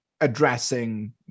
addressing